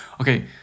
Okay